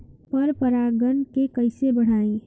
पर परा गण के कईसे बढ़ाई?